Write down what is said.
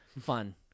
Fun